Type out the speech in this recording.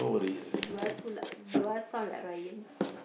do I like do I sound like Ryan